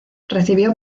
recibió